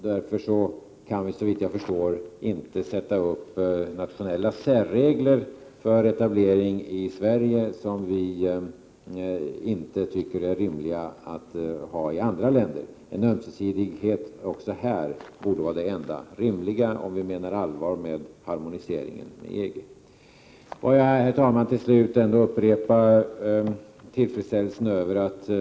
Därför kan vi, såvitt jag förstår, inte sätta upp nationella särregler för etablering i Sverige, vilka vi inte tycker är rimliga att andra länder har. En ömsesidighet också i detta sammanhang borde vara det enda rimliga, om vi menar allvar med harmoniseringen med EG. Jag vill till sist, herr talman, upprepa min tillfredsställelse över att de fyra — Prot.